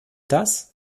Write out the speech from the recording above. das